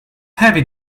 heavy